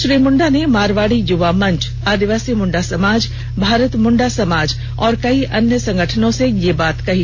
श्री मुंडा ने मारवाड़ी युवा मंच आदिवासी मुंडा समाज भारत मुंडा समाज और कई अन्य संगठनों से यह बात कही